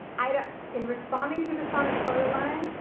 and in responding to the sonic color line,